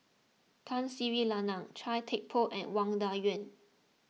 Tun Sri Lanang Chia Thye Poh and Wang Dayuan